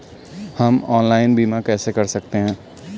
हम ऑनलाइन बीमा कैसे कर सकते हैं?